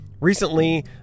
Recently